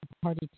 party